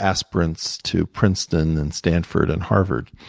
aspirants to princeton and stanford and harvard.